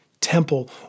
temple